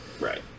Right